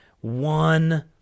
One